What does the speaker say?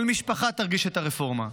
כל משפחה תרגיש את הרפורמה: